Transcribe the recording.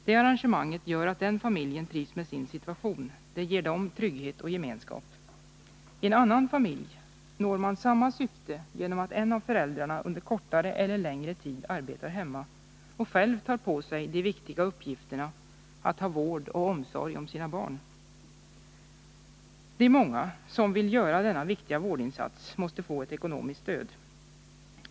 Det arrangemanget gör att den familjen trivs med sin situation. Det ger dem trygghet och gemenskap. I en annan familj når man samma syfte genom att en av föräldrarna under kortare eller längre tid arbetar hemma och själv tar på sig de viktiga uppgifterna att ha vård och omsorg om sina barn. De många som vill göra denna viktiga vårdinsats måste få ett ekonomiskt stöd.